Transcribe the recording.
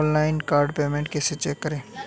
Online card statement कैसे check करें?